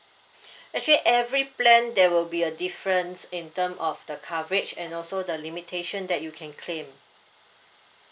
actually every plan there will be a difference in term of the coverage and also the limitation that you can claim